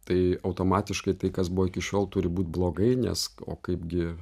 tai automatiškai tai kas buvo iki šiol turi būt blogai nes o kaipgi